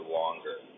longer